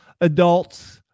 adults